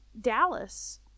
Dallas